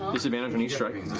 disadvantage on each strike.